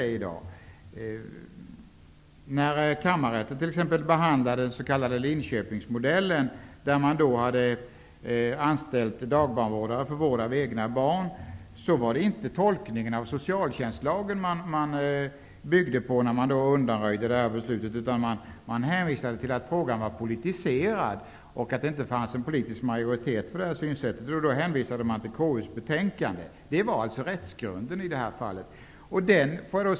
När exempelvis kammarrätten behandlade den s.k. Linköpingsmodellen -- dagbarnvårdare hade anställts för vård av egna barn -- var det inte tolkningen av socialtjänstlagen som man byggde på när beslutet undanröjdes. I stället hänvisade man till att frågan var politiserad och att det inte fanns någon politisk majoritet för detta synsätt. Man hänvisade till KU:s betänkande. Det var rättsgrunden i det här fallet.